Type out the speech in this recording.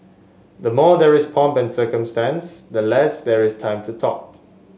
the more there is pomp and circumstance the less there is time to talk